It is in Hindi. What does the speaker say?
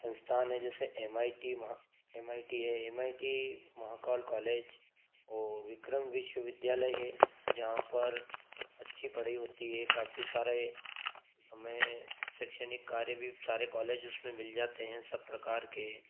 संस्थान हैं जैसे M I T M I T है M I T Mahakal college और विक्रम विश्वविद्यालय है जहाँ पर अच्छी पढ़ाई होती है काफ़ी सारे हमें शैक्षणिक कार्य भी सारे कॉलेज उसमें मिल जाते हैं सब प्रकार के